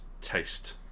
taste